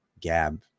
gab